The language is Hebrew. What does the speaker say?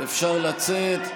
אפשר לצאת.